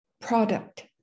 product